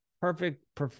perfect